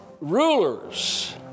Rulers